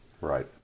Right